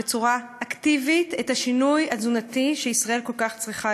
אקטיבית, את השינוי התזונתי שישראל כל כך צריכה.